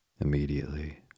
immediately